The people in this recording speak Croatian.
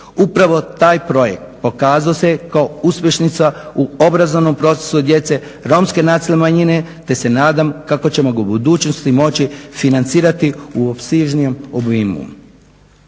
Upravo taj projekt pokazao se kao uspješnica u obrazovnom procesu djece romske nacionalne manjine te se nadam kako ćemo ga u budućnosti moći financirati u opsežnijem obimu.